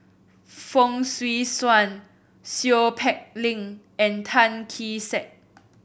Fong Swee Suan Seow Peck Leng and Tan Kee Sek